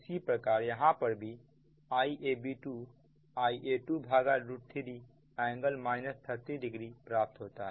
इसी प्रकार यहां पर भी Iab2 Ia23 ∟ 300 प्राप्त होता है